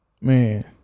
Man